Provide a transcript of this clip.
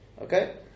Okay